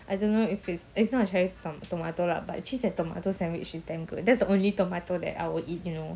I don't know if it's it's not cherry tom~ tomato lah but cheese and tomato sandwich is damn good that's the only tomato that I will eat you know